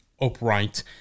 upright